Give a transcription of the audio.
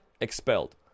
expelled